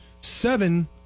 Seven